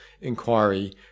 inquiry